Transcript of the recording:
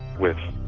with